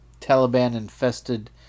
Taliban-infested